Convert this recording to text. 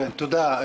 תודה.